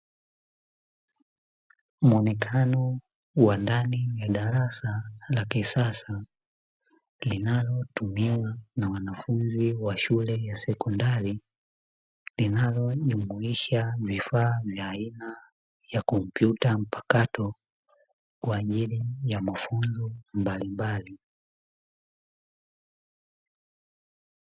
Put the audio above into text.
Muonekano wa ndani ya darasa la kisasa, linalotumiwa na wanafunzi wa shule ya sekondari linalojumuisha vifaa vya aina ya kompyuta mpakato kwa ajili ya mafunzo mbalimbali.